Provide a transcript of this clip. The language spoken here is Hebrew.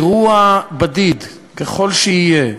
אירוע בדיד, ככל שיהיה,